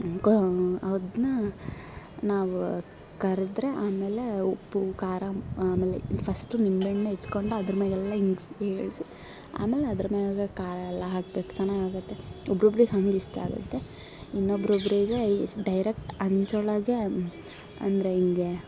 ಕೋ ಅದನ್ನ ನಾವು ಕರೆದ್ರೆ ಆಮೇಲೆ ಉಪ್ಪು ಖಾರ ಆಮೇಲೆ ಫಸ್ಟು ನಿಂಬೆ ಹಣ್ಣನ್ನ ಹೆಚ್ಕೊಂಡು ಅದ್ರ ಮೇಲೆಲ್ಲ ಇಂಗ್ಸಿ ಏಳಿಸಿ ಆಮೇಲೆ ಅದ್ರ ಮೇಲೆ ಖಾರ ಎಲ್ಲ ಹಾಕ್ಬೇಕು ಚೆನ್ನಾಗಾಗುತ್ತೆ ಒಬ್ರೊಬ್ರಿಗೆ ಹಂಗೆ ಇಷ್ಟ ಆಗುತ್ತೆ ಇನ್ನೊಬ್ಬರೊಬ್ರಿಗೆ ಈ ಸ್ ಡೈರೆಕ್ಟ್ ಅಂಚೊಳಗೆ ಅಂದರೆ ಹಿಂಗೆ